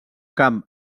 camp